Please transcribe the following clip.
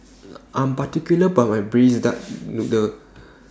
I Am particular about My Braised Duck Noodle